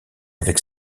avec